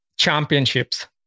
championships